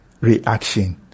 reaction